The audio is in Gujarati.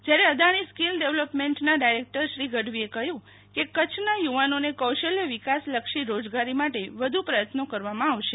જ્યારે અદાણી સ્કિલ ડેવલોપમેન્ટના ડાયરેકટર શ્રી ગઢવીએ કહ્યું કે કચ્છના યુવાનોને કૌશલ્ય વિકાસલક્ષી રોજગારી માટે વધુ પ્રયત્નો કરવામાં આવશે